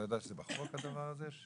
לא ידעתי שזה בחוק, הדבר הזה,